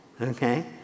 okay